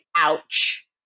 ouch